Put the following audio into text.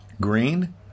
Green